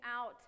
out